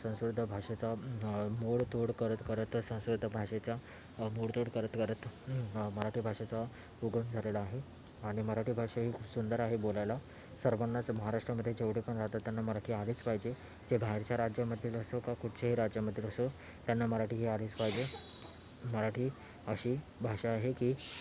संस्कृत भाषेचा मोडतोड करत करतच संस्कृत भाषेच्या मोडतोड करत करत मराठी भाषेचा उगम झालेला आहे आणि मराठी भाषा ही खूप सुंदर आहे बोलायला सर्वांनाच महाराष्ट्रामध्ये जेवढे पण राहतात त्यांना मराठी आलीच पाहिजे जे बाहेरच्या राज्यामधील असो का कुठल्याही राज्यामधील असो त्यांना मराठी ही आलीच पाहिजे मराठी अशी भाषा आहे की